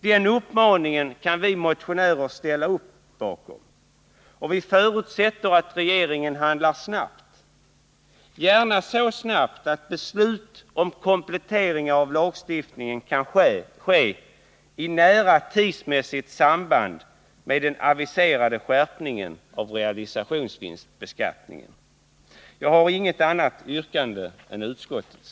Den uppmaningen kan vi motionärer ställa upp bakom, och vi förutsätter att regeringen handlar snabbt — gärna så snabbt att beslut om kompletteringar av lagstiftningen kan ske i nära tidsmässigt samband med den aviserade skärpningen av realisationsvinstbeskattningen. Jag har inget annat yrkande än utskottets.